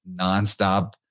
nonstop